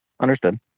Understood